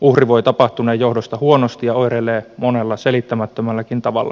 uhri voi tapahtuneen johdosta huonosti ja oireilee monella selittämättömälläkin tavalla